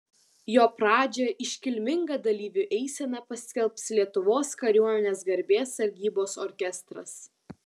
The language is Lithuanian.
jo pradžią iškilminga dalyvių eisena paskelbs lietuvos kariuomenės garbės sargybos orkestras